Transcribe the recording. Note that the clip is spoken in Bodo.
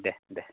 दे दे